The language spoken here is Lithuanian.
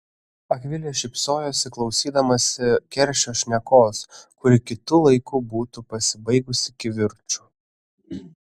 akvilė šypsojosi klausydamasi keršio šnekos kuri kitu laiku būtų pasibaigusi kivirču